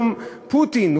פוטין,